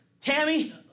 Tammy